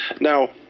Now